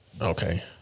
Okay